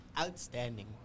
Outstanding